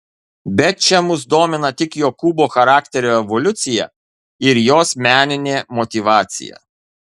bet čia mus domina tik jokūbo charakterio evoliucija ir jos meninė motyvacija